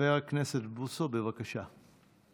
חבר הכנסת בוסו, בבקשה.